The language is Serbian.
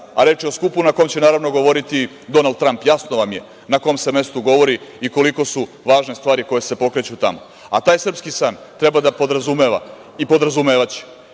a reč je o skupu na kome će, naravno, govoriti Donald Tramp. Jasno vam je na kome se mestu govori i koliko su važne stvari koje se pokreću tamo. Taj srpski san treba da podrazumeva i podrazumevaće